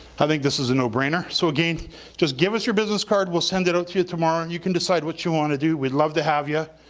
i think this is a no brainer so again just give us your business card, we'll send it out to you tomorrow. and you can decide what you want to do. we'd love to have ya.